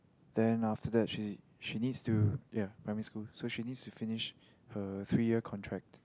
then after that she she needs to ya primary school so she needs to finish her three year contract